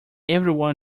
everyone